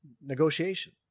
negotiation